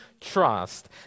trust